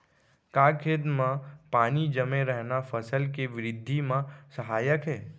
का खेत म पानी जमे रहना फसल के वृद्धि म सहायक हे?